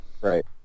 Right